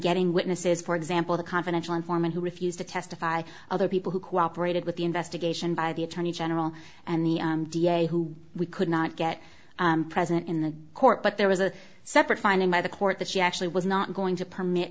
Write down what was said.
getting witnesses for example the confidential informant who refused to testify other people who cooperated with the investigation by the attorney general and the da who we could not get present in the court but there was a separate finding by the court that she actually was not going to permit